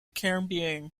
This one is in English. caribbean